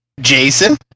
jason